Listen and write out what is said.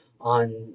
on